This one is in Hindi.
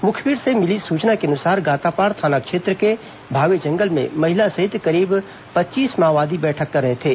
मुखबिर से मिली सूचना के अनुसार गातापार थाना क्षेत्र के भावे जंगल में महिला सहित करीब पच्चीस माओवादी बैठक कर रहे थे